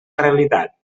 realitat